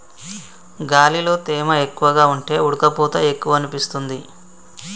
గాలిలో తేమ ఎక్కువగా ఉంటే ఉడుకపోత ఎక్కువనిపిస్తుంది